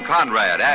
Conrad